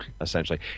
essentially